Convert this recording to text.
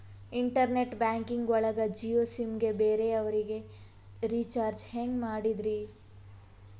Internet banking ಒಳಗ Jio sim ಗೆ ಬೇರೆ ಅವರಿಗೆ ರೀಚಾರ್ಜ್ ಹೆಂಗ್ ಮಾಡಿದ್ರಿ?